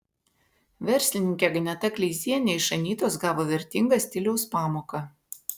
verslininkė agneta kleizienė iš anytos gavo vertingą stiliaus pamoką